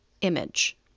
image